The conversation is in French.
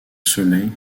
soleil